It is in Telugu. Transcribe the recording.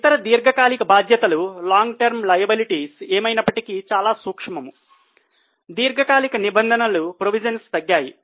ఇతర దీర్ఘకాలిక బాధ్యతలు తగ్గాయి